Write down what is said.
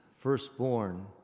firstborn